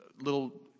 little